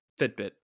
Fitbit